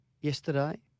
Yesterday